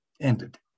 ended